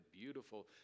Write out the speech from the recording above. beautiful